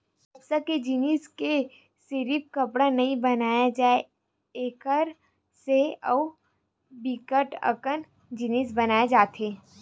कपसा के जिनसि ले सिरिफ कपड़ा नइ बनाए जाए एकर से अउ बिकट अकन जिनिस बनाए जाथे